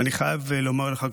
אני חייב לומר לך,